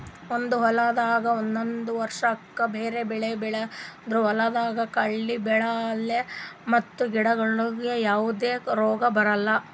ಒಂದೇ ಹೊಲ್ದಾಗ್ ಒಂದೊಂದ್ ವರ್ಷಕ್ಕ್ ಬ್ಯಾರೆ ಬೆಳಿ ಬೆಳದ್ರ್ ಹೊಲ್ದಾಗ ಕಳಿ ಬೆಳ್ಯಾಲ್ ಮತ್ತ್ ಗಿಡಗೋಳಿಗ್ ಯಾವದೇ ರೋಗ್ ಬರಲ್